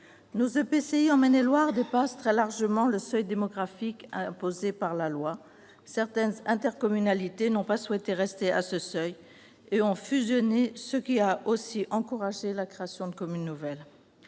Nos EPCI, en Maine-et-Loire, dépassent très largement le seuil démographique imposé par la loi. Certaines intercommunalités n'ont pas souhaité en rester à ce seuil et ont fusionné, ce qui a aussi encouragé la création de communes nouvelles.